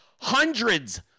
hundreds